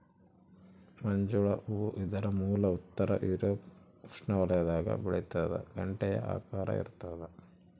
ಮಂಜುಳ ಹೂ ಇದರ ಮೂಲ ಉತ್ತರ ಯೂರೋಪ್ ಉಷ್ಣವಲಯದಾಗ ಬೆಳಿತಾದ ಗಂಟೆಯ ಆಕಾರ ಇರ್ತಾದ